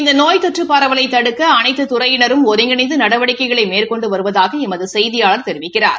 இந்த நோய் தொற்று பரவலை தடுக்க அனைத்து துறையினரும் ஒருங்கிணைந்து நடவடிக்கைகளை மேற்கொண்டு வருவதாக எமது செய்தியாளர் தெரிவிக்கிறார்